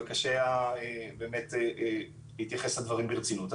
וקשה להתייחס לדברים ברצינות כך.